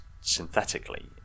synthetically